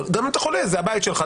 אבל גם את אתה חולה זה הבית שלך,